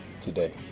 today